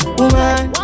woman